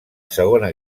segona